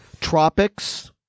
Tropics